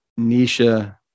Nisha